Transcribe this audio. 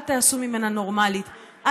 אל תעשו ממנה נורמלית,